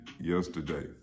yesterday